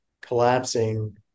collapsing